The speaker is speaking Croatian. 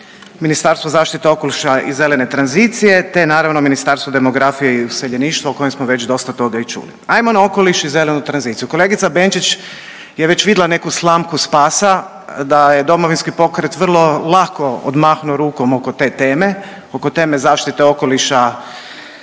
Ministarstvo zaštite okoliša i zelene tranzicije, te naravno Ministarstvo demografije i useljeništva o kojem smo već dosta toga i čuli. Ajmo na okoliš i zelenu tranziciju. Kolegica Benčić je već vidla neku slamku spasa da je Domovinski pokret vrlo lako odmahnuo rukom oko te teme, oko teme zaštite okoliša